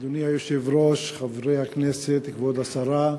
אדוני היושב-ראש, חברי הכנסת, כבוד השרה,